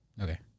okay